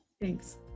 Thanks